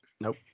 Nope